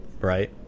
right